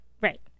Right